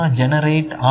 generate